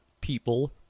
people